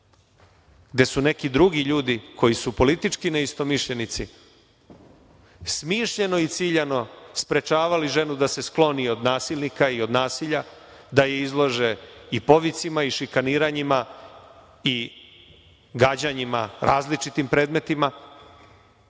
gde su neki drugi ljudi koji su politički neistomišljenici smišljeno i ciljano sprečavali ženu da se skloni i od nasilnika i od nasilja, da je izlože i povicima i šikaniranjima i gađanjima različitim predmetima